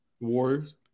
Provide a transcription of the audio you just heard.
Warriors